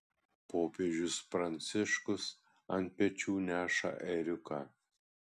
popiežius pranciškus ant pečių neša ėriuką